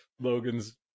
logan's